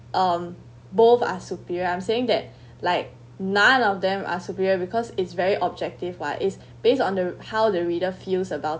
um both are superior I'm saying that like none of them are superior because it's very objective what it's based on the how the reader feels about